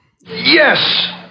Yes